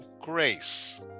grace